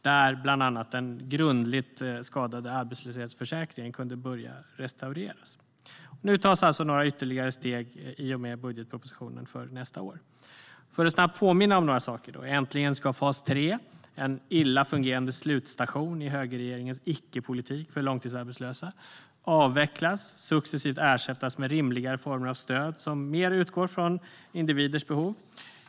Där kunde bland annat den grundligt skadade arbetslöshetsförsäkringen börja restaureras. Nu tas alltså några ytterligare steg i och med budgetpropositionen för nästa år, och jag vill snabbt påminna om några av de sakerna. Äntligen ska fas 3, en illa fungerande slutstation i högerregeringens icke-politik för långtidsarbetslösa, avvecklas och successivt ersättas med rimligare former av stöd som mer utgår från individers behov.